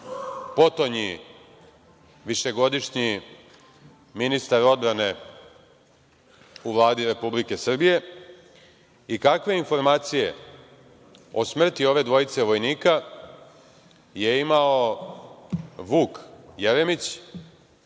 potonji višegodišnji ministar odbrane u Vladi Republike Srbije, i kakve informacije o smrti ove dvojice vojnika je imao Vuk Jeremić,